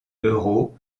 euros